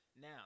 Now